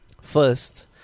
First